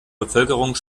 bevölkerung